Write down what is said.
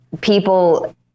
people